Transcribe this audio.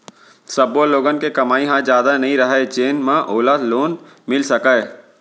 सब्बो लोगन के कमई ह जादा नइ रहय जेन म ओला लोन मिल सकय